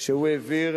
שהוא העביר,